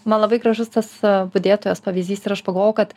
man labai gražus tas budėtojos pavyzdys ir aš pagalvojau kad